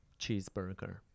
Cheeseburger